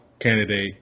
candidate